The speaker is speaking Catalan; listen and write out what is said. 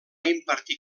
impartir